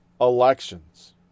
elections